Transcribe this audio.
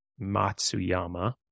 Matsuyama